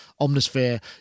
Omnisphere